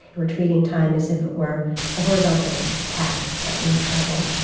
we're treating time as if it were a horizontal path that we travel.